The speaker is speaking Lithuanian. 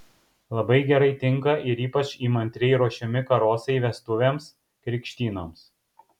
labai gerai tinka ir ypač įmantriai ruošiami karosai vestuvėms krikštynoms